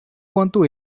quanto